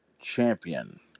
champion